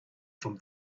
from